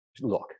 look